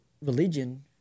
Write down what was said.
religion